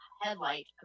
headlight